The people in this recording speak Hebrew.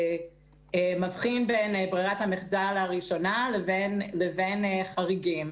מבחין בין ברירת המחדל הראשונה לבין חריגים.